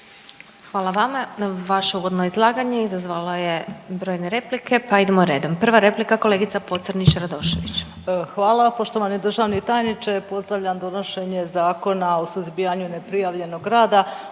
Hvala vama. Vaše uvodno izlaganje izazvalo je brojne replike pa idemo redom. Prva replika, kolegica Pocrnić-Radošević. **Pocrnić-Radošević, Anita (HDZ)** Hvala poštovani državni tajniče, pozdravljam donošenje Zakona o suzbijanju neprijavljenog rada.